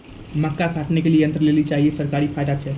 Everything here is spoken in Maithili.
मक्का काटने के लिए यंत्र लेल चाहिए सरकारी फायदा छ?